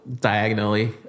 diagonally